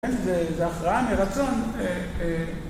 זה הכרעה מרצון